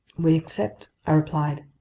we accept i replied.